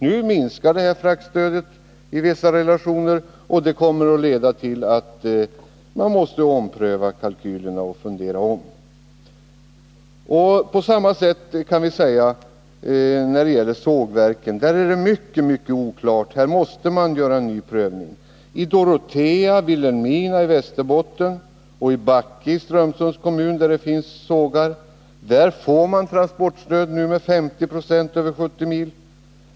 Nu minskar detta fraktstöd i vissa relationer, och det kommer att leda till att man måste ompröva kalkylerna och tänka om. På samma sätt kan vi resonera när det gäller sågverken. Här är det mycket, mycket oklart — man måste göra en ny prövning. I Dorotea och Vilhelmina i Västerbotten och i Backe i Strömsunds kommun, där det finns sågar, får man enligt förslaget transportstöd med 50 96 vid transporter över 70 mil.